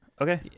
okay